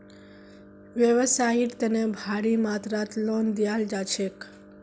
व्यवसाइर तने भारी मात्रात लोन दियाल जा छेक